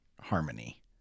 harmony